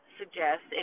suggest